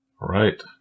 Right